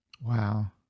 Wow